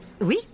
oui